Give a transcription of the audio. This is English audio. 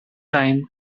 time